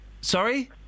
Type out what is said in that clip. Sorry